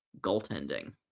goaltending